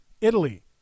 Italy